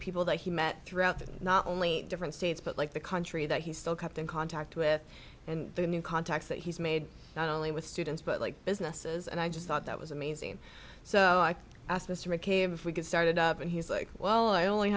people that he met throughout that not only different states but like the country that he still kept in contact with and the new contacts that he's made not only with students but like businesses and i just thought that was amazing so i asked mr mccabe if we could started up and he's like well i only